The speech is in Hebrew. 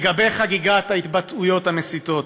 לגבי חגיגת ההתבטאויות המסיתות: